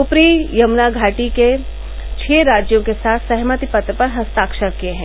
ऊपरी यमुना घाटी के छह राज्यों के साथ सहमति पत्र पर हस्ताक्षर किये हैं